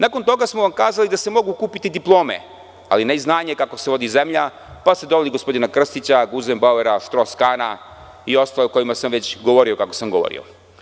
Nakon toga smo vam kazali da se mogu kupiti diplome, ali ne i znanje kako se vodi zemlja, pa ste doveli gospodina Krstića, Guzenbauera, Štros-Kana i ostale o kojima sam već govorio kako sam govorio.